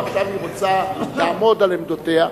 ועכשיו היא רוצה לעמוד על עמדותיה.